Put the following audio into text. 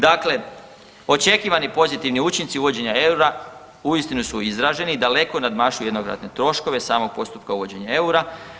Dakle, očekivani pozitivni učinci uvođenja eura uistinu su izraženi, daleko nadmašuju jednokratne troškove samog postupka uvođenja eura.